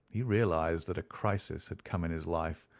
he realized that a crisis had come in his life,